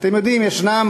אתם יודעים, ישנן